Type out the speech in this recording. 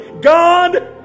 God